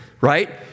right